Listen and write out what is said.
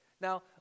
Now